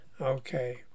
Okay